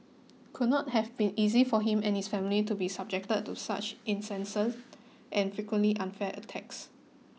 could not have been easy for him and his family to be subjected to such incessant and frequently unfair attacks